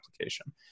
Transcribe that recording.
application